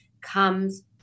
comes